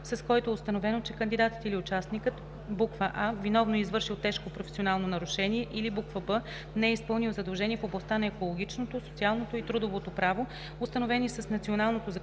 с който е установено, че кандидатът или участникът: а) виновно е извършил тежко професионално нарушение, или б) не е изпълнил задължения в областта на екологичното, социалното и трудовото право, установени с националното